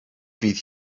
fydd